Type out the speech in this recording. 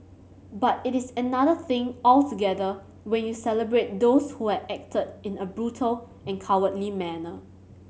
but it is another thing altogether when you celebrate those who had acted in a brutal and cowardly manner